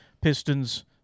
pistons